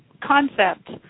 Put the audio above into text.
concept